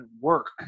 work